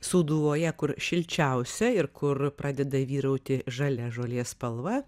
sūduvoje kur šilčiausia ir kur pradeda vyrauti žalia žolės spalva